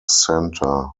center